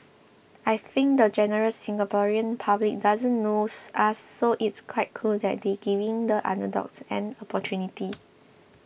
I think the general Singaporean public doesn't know us so it's quite cool that they're giving the underdogs an opportunity